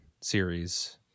series